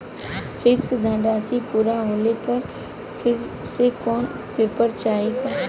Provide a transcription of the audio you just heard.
Fix धनराशी पूरा होले पर फिर से कौनो पेपर चाही का?